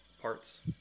parts